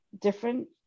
different